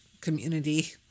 community